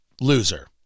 loser